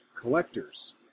collectors